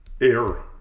air